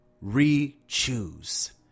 re-choose